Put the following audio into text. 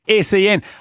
SEN